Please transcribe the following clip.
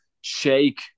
shake